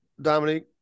Dominique